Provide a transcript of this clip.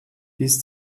bis